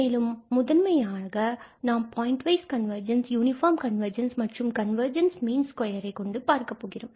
மேலும் முதன்மையாக நாம் point wise convergence uniform convergence மற்றும் கன்வர்ஜென்ஸ் மீன் ஸ்கொயர் ஐ கொண்டு பார்க்கப் போகிறோம்